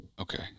Okay